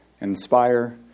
inspire